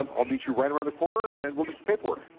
um i'll meet you right around the corner. and we'll do some paperwork.